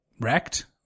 wrecked